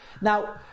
Now